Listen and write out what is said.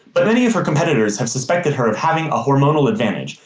but many of her competitors have suspected her of having a hormonal advantage,